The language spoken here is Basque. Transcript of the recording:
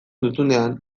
duzunean